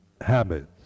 habits